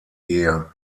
ehe